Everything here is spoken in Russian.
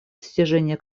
достижения